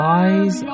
eyes